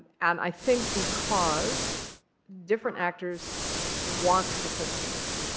and i think because different actors want different things.